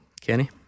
Kenny